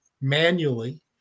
manually